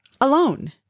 alone